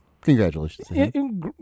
Congratulations